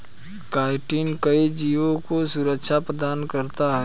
chitin कई जीवों को सुरक्षा प्रदान करता है